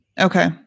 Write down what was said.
Okay